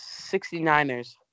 69ers